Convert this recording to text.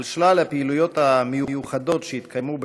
על שלל הפעילויות המיוחדות שהתקיימו במהלכו,